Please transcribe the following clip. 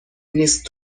نیست